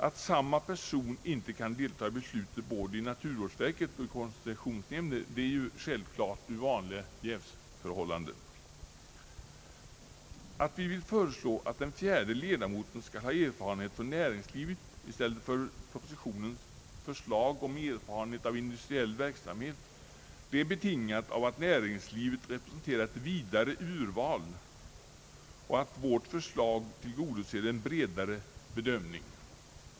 Att samma person inte kan delta i beslutet både i naturvårdsverket och i koncessionsnämnden är givet med hänsyn till vanliga jävsförhållanden. Det förhållandet att vi vill föreslå att den fjärde ledamoten skall ha erfarenhet från näringslivet, i stället för propositionens förslag om erfarenhet av industriell verksamhet, är betingat av att näringslivet representerar ett större urval och att vårt förslag tillgodoser en bredare bedömning.